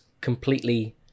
completely